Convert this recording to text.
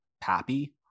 Pappy